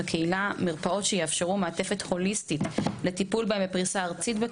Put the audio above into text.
מרפאות שיאפשרו מעטפת הוליסטית לטיפול בקהילה בפריסה ארצית,